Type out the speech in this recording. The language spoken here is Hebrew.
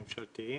כולם מרושתים,